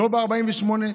לא ב-48,